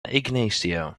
ignacio